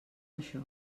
això